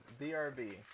BRB